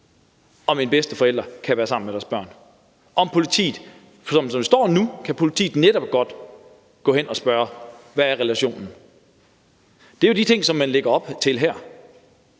om en bedsteforælder kan være sammen med børnene, og også når det drejer sig om politiet. For som det står nu, kan politiet netop godt gå hen og spørge: Hvad er relationen? Det er jo de ting, som man lægger op til her,